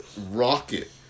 rocket